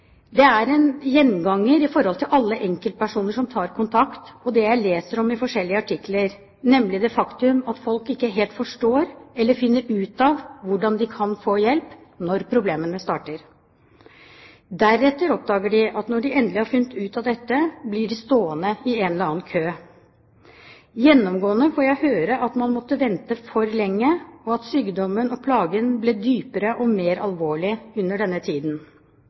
Det er en gjenganger når det gjelder enkeltpersoner som tar kontakt og det jeg leser i forskjellige artikler – nemlig det faktum at folk ikke helt forstår eller finner ut av hvor de kan få hjelp når problemene starter. Deretter oppdager de at når de endelig har funnet ut av dette, blir de stående i en eller annen kø. Gjennomgående får jeg høre at man måtte vente for lenge, og at sykdommen og plagen ble dypere og mer alvorlig i løpet av denne tiden.